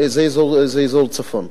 זה אזור צפון.